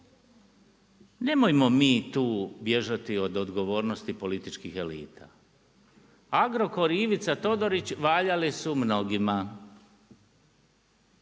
Nemojmo mi tu bježati od odgovornosti političkih elita. Agrokor i Ivica Todorić valjali su mnogima.